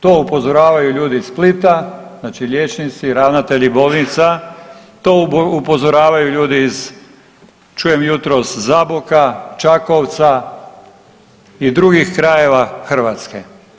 To upozoravaju ljudi iz Splita, znači liječnici, ravnatelja bolnica, to upozoravaju ljudi iz, čujem jutros Zaboka, Čakovca i drugih krajeva Hrvatske.